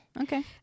Okay